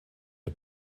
der